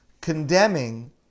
condemning